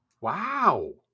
Wow